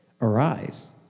Arise